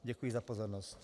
Děkuji za pozornost.